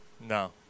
No